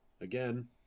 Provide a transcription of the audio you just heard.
Again